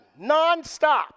Nonstop